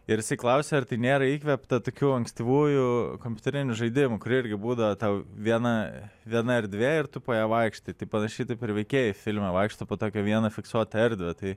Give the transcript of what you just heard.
ir jisai klausė ar tai nėra įkvėpta tokių ankstyvųjų kompiuterinių žaidimų kurie irgi būdavo tau viena viena erdvė ir tu po ją vaikštai tai panašiai taip ir veikėjai filme vaikšto po tokią vieną fiksuotą erdvę tai